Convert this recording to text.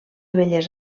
belles